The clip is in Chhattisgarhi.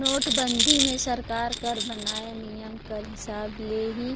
नोटबंदी मे सरकार कर बनाय नियम कर हिसाब ले ही